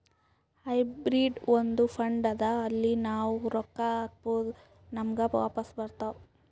hybrid ಒಂದ್ fund ಅದಾ ಅಲ್ಲಿ ನಾವ್ ರೊಕ್ಕಾ ಹಾಕ್ಬೋದ್ ನಮುಗ ವಾಪಸ್ ಬರ್ತಾವ್